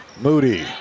Moody